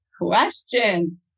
question